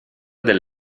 del